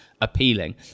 appealing